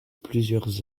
plusieurs